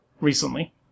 recently